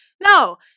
No